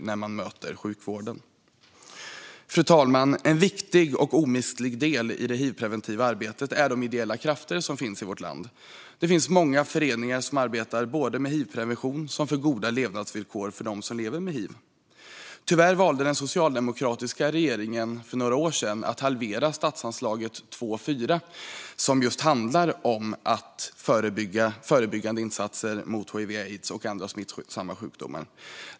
Fru talman! En viktig och omistlig del i det hivpreventiva arbetet är de ideella krafter som finns i vårt land. Det finns många föreningar som arbetar både med hivprevention och för goda levnadsvillkor för dem som lever med hiv. Tyvärr valde den socialdemokratiska regeringen för några år sedan att halvera statsanslag 2:4, som just handlar om förebyggande insatser mot hiv/aids och andra smittsamma sjukdomar.